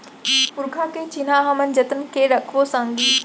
पुरखा के चिन्हा हमन जतन के रखबो संगी